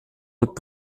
wird